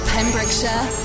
Pembrokeshire